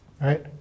right